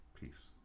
Peace